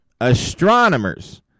astronomers